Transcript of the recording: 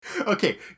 Okay